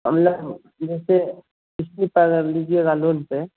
हम लोग जैसे क़िस्त पर लीजिएगा लोन पर